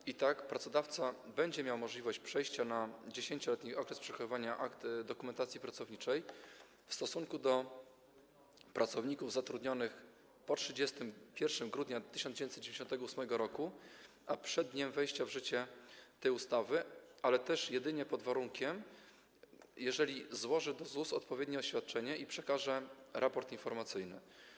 I tak pracodawca będzie miał możliwość przejścia na 10-letni okres przechowywania akt dokumentacji pracowniczej w stosunku do pracowników zatrudnionych po 31 grudnia 1998 r., a przed dniem wejścia w życie tej ustawy, ale też jedynie pod warunkiem, że złoży do ZUS odpowiednie oświadczenie i przekaże raport informacyjny.